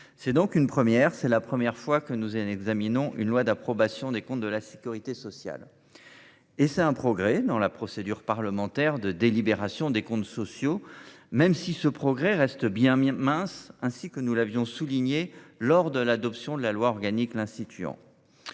mes chers collègues, c’est la première fois que nous examinons un projet de loi d’approbation des comptes de la sécurité sociale. C’est un progrès dans la procédure parlementaire de délibération des comptes sociaux, même si ce progrès reste bien mince, ainsi que nous l’avons souligné lors de l’adoption de la loi organique l’instituant.